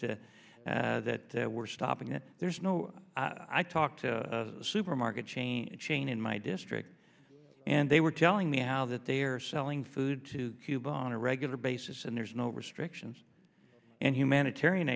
to that we're stopping it there's no i talked to a supermarket chain chain in my district and they were telling me how that they are selling food to cuba on a regular basis and there's no restrictions and humanitarian